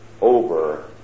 over